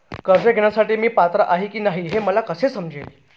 कर्ज घेण्यासाठी मी पात्र आहे की नाही हे मला कसे समजेल?